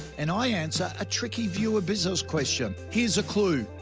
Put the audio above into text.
and i answer a tricky viewer business question. here's a clue,